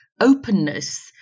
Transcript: openness